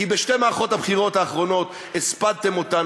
כי בשתי מערכות הבחירות האחרונות הספדתם אותנו,